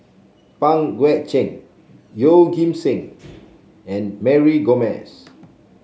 Pang Guek Cheng Yeoh Ghim Seng and Mary Gomes